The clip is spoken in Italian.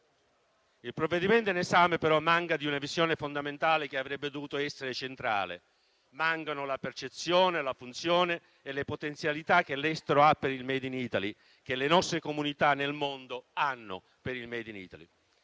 Il provvedimento in esame manca però di una visione fondamentale che avrebbe dovuto essere centrale. Mancano la percezione, la funzione e le potenzialità che l'estero ha per il *made in Italy*, che le nostre comunità nel mondo hanno per il *made in Italy*.